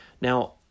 Now